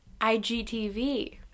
IGTV